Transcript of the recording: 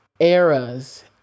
Eras